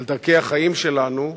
על דרכי החיים שלנו,